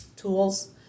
tools